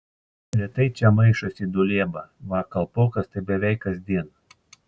retai čia maišosi dulieba va kalpokas tai beveik kasdien